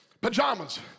pajamas